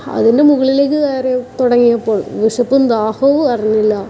അതിൻ്റെ മുകളിലേക്ക് കയറി തുടങ്ങിയപ്പോൾ വിശപ്പും ദാഹവും അറിഞ്ഞില്ല